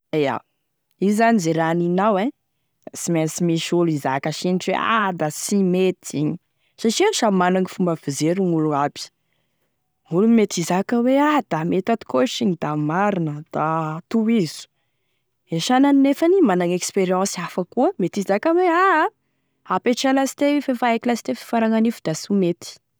Ia, io zany ze raha haninao e sy mainsy misy olo hizaka sinitry hoe ah da sy mety igny satria samy managny e fomba fijeriny gn'olo aby, gn'olo mety hizaka hoe da mety atokotry igny, da marina da tohizo, e sagnany nefany mety managny expérience hafa koa mety hizaka hoe aha apetray lasteo io fefa aiko lasteo fiafaranan'io da sy ho mety.